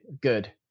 good